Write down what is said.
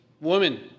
woman